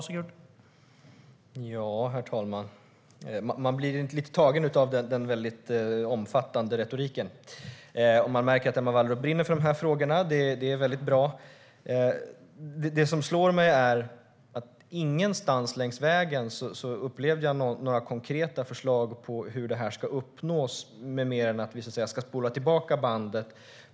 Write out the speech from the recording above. Herr talman! Jag blir lite tagen av den väldigt omfattande retoriken och märker att Emma Wallrup brinner för de här frågorna. Det är väldigt bra. Det som slår mig är att ingenstans längs vägen upplevde jag några konkreta förslag om hur det här ska uppnås mer än att vi ska spola tillbaka bandet.